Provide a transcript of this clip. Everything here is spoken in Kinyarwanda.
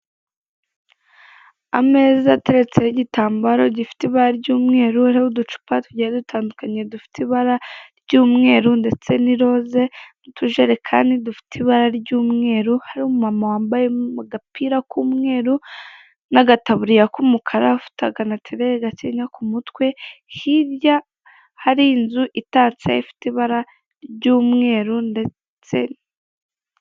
Ameza ateretseho igitambaro gifite ibara ry'umweru. Hariho uducupa tugiye dutandukanye dufite ibara ry'umweru ndetse n'iroze, n'utujerekani dufite ibara ry'umweru. Hari umumama wambaye agapira k'umweru n'agataburiya k'umukara n'akanatirere gakeya ku mutwe. Hirya hari inzu itaste ifite ibara ry'umweru ndetse...